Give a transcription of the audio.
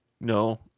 no